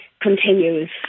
continues